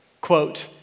quote